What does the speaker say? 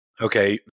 okay